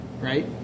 right